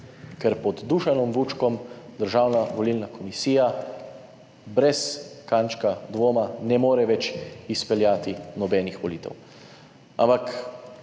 Ker pod Dušanom Vučkom Državna volilna komisija brez kančka dvoma ne more več izpeljati nobenih volitev.